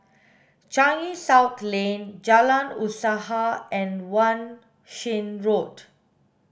Changi South Lane Jalan Usaha and Wan Shih Road